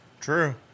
True